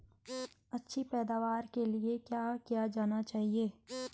अच्छी पैदावार के लिए क्या किया जाना चाहिए?